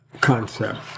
concept